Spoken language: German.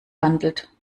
handelt